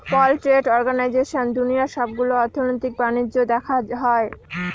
world trade অর্গানাইজেশনে দুনিয়ার সবগুলো অর্থনৈতিক বাণিজ্য দেখা হয়